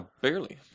Barely